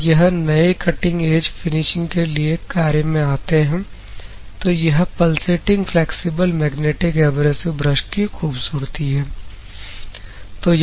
और यह नए कटिंग एज फिनिशिंग के लिए कार्य में आते हैं तो यह pulsating flexible magnetic abrasive brush की खूबसूरती है